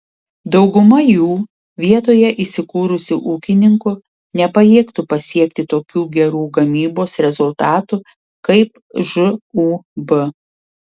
dauguma jų vietoje įsikūrusių ūkininkų nepajėgtų pasiekti tokių gerų gamybos rezultatų kaip žūb